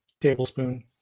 tablespoon